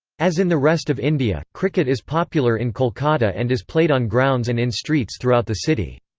as in the rest of india, cricket is popular in kolkata and is played on grounds and in streets throughout the city.